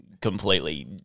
Completely